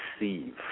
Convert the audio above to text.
receive